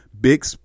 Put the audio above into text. Big